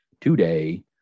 today